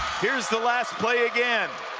here's the last play again